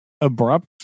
abrupt